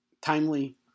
timely